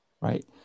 right